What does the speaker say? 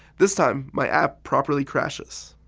this time, my app properly crashes.